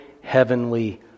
heavenly